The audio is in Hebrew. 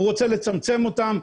הוא רוצה לצמצם אותם,